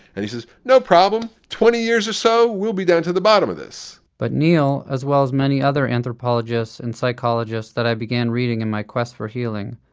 and he says, no problem, twenty years or so we'll be down to the bottom of this but neal, as well as many other anthropologists and psychologists that i began reading in my quest for healing,